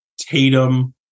Tatum